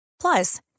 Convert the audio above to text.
Plus